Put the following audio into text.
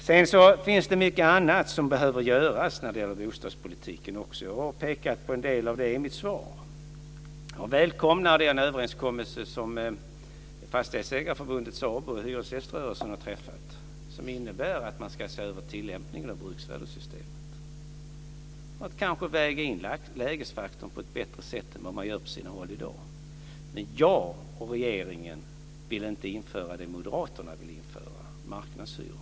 Sedan finns det mycket annat som behöver göras när det gäller bostadspolitiken. Jag har pekat på en del av det i mitt svar. Jag välkomnar den överenskommelse som Fastighetsägareförbundet, SABO och hyresgäströrelsen har träffat som innebär att man ska se över tillämpningen av bruksvärdessystemet och kanske väga in lägesfaktorn på ett bättre sätt än vad man gör på sina håll i dag. Men jag och regeringen vill inte införa det som Moderaterna vill införa, alltså marknadshyror.